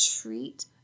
treat